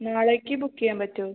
നാളേക്ക് ബുക്ക് ചെയ്യാൻ പറ്റുമോ